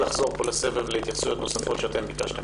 לחזור פה לסבב התייחסויות נוספות שאתם ביקשתם.